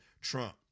Trump